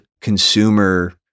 consumer